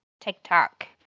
TikTok